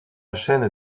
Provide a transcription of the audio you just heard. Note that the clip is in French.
chaîne